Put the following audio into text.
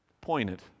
pointed